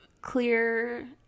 clear